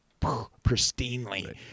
pristinely